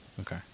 Okay